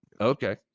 Okay